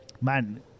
Man